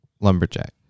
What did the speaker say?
lumberjack